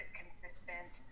consistent